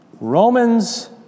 Romans